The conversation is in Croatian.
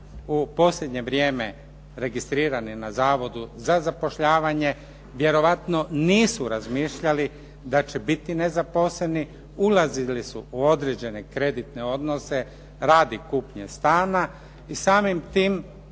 u posljednje vrijeme registrirani na Zavodu za zapošljavanje vjerojatno nisu razmišljali da će biti nezaposleni, ulazili su u određene kreditne odnose radi kupnje stana i samim tim